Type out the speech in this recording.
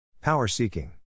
Power-seeking